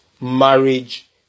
marriage